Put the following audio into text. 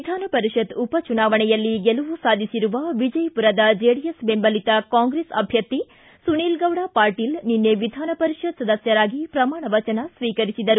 ವಿಧಾನಪರಿಷತ್ ಉಪಚುನಾವಣೆಯಲ್ಲಿ ಗೆಲವು ಸಾಧಿಸಿರುವ ವಿಜಯಪುರದ ಜೆಡಿಎಸ್ ಬೆಂಬಲಿತ ಕಾಂಗ್ರೆಸ್ ಅಭ್ಞರ್ಥಿ ಸುನಿಲ್ಗೌಡ ಪಾಟೀಲ್ ನಿನ್ನೆ ವಿಧಾನಪರಿಷತ್ ಸದಸ್ಟರಾಗಿ ಪ್ರಮಾಣ ವಚನ ಸ್ವೀಕರಿಸಿದರು